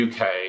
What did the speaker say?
UK